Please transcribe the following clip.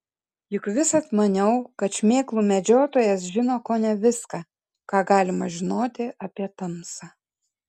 juk visad maniau kad šmėklų medžiotojas žino kone viską ką galima žinoti apie tamsą